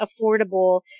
affordable